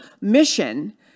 mission